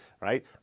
Right